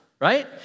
right